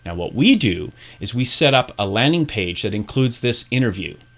and what we do is we set up a landing page that includes this interview.